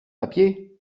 papier